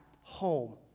home